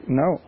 no